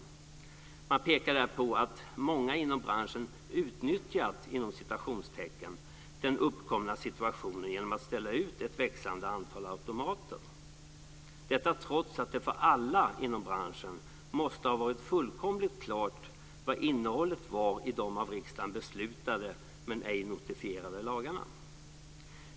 Man pekar där på att många inom branschen "utnyttjat" den uppkomna situationen genom att ställa ut ett växande antal automater. Detta trots att det för alla inom branschen måste ha varit fullkomligt klart vad innehållet var i de av riksdagen beslutade, men ej notifierade, lagarna.